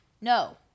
No